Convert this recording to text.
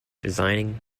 designing